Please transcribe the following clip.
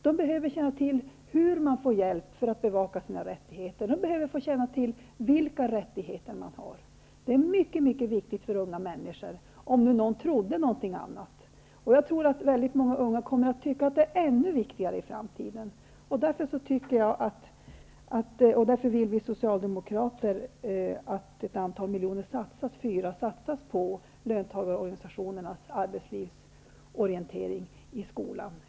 De behöver känna till hur de får hjälp för att bevaka sina rättigheter. De behöver känna till vilka rättigheter de har. Detta är mycket viktigt för unga människor, om nu någon trodde något annat. Och jag tror att väldigt många unga kommer att tycka att det är ännu viktigare i framtiden. Därför vill vi socialdemokrater att ett antal miljoner satsas på löntagarorganisationernas arbetslivsorientering i skolan.